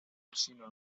vicino